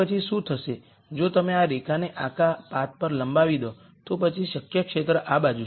તો પછી શું થશે જો તમે આ રેખાને આખા પાથ પર લંબાવી દો તો પછી શક્ય ક્ષેત્ર આ બાજુ છે